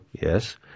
yes